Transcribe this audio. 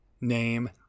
name